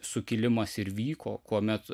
sukilimas ir vyko kuomet